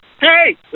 Hey